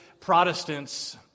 Protestants